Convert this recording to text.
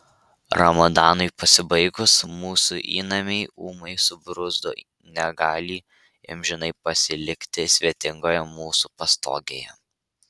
ramadanui pasibaigus mūsų įnamiai ūmai subruzdo negalį amžinai pasilikti svetingoje mūsų pastogėje